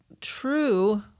true